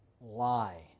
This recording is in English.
lie